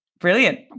Brilliant